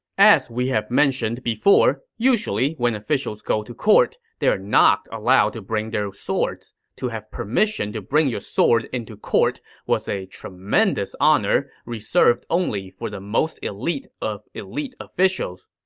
as we have mentioned before, usually when officials go to court, they are not allowed to bring their swords. to have permission to bring your sword into court was a tremendous honor reserved for the most elite of elite officials,